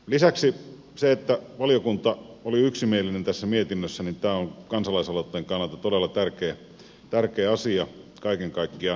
lisäksi se että valiokunta oli yksimielinen tässä mietinnössään on kansalaisaloitteen kannalta todella tärkeä asia kaiken kaikkiaan